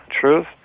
truth